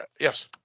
Yes